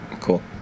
cool